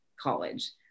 college